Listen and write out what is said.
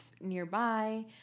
nearby